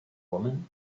woman